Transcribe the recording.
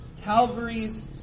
Calvary's